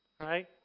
Right